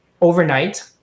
overnight